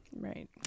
Right